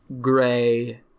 gray